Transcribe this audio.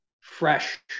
fresh